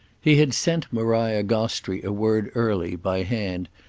he had sent maria gostrey a word early, by hand,